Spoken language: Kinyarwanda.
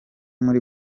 muri